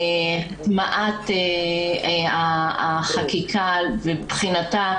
הטמעת החקיקה ובחינתה,